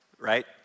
Right